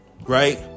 Right